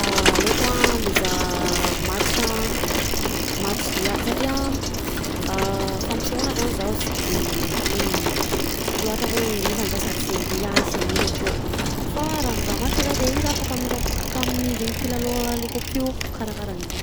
Aleko a mizaha match a match ya satria fampisehoana zany zaho sy de hoe hitako laotra hoe nefa zaho sady sy andihy sy hanino akeo fa raha mizaha match zah de iny zah afaka mihorakoraka aminy zay mpilalao alaiko akeo karakara zany.